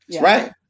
right